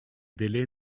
délais